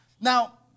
Now